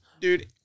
Dude